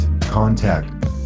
contact